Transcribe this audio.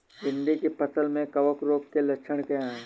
भिंडी की फसल में कवक रोग के लक्षण क्या है?